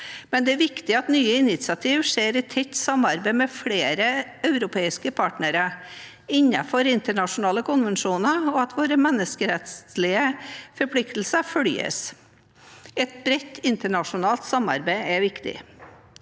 men det er viktig at nye initiativ skjer i tett samarbeid med flere europeiske partnere, innenfor internasjonale konvensjoner, og at våre menneskerettslige forpliktelser følges. Et bredt internasjonalt samarbeid er viktig.